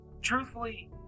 truthfully